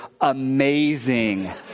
amazing